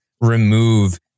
remove